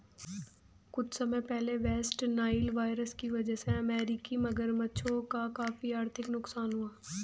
कुछ समय पहले वेस्ट नाइल वायरस की वजह से अमेरिकी मगरमच्छों का काफी आर्थिक नुकसान हुआ